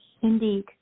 Indeed